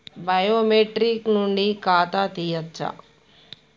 Biometric నుంచి ఖాతా తీయచ్చా?